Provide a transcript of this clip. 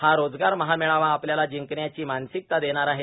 हा रोजगार महामेळावा आपल्याला जिंकण्याची मार्नासकता देणार आहे